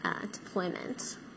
deployment